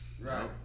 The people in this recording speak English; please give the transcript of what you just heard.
Right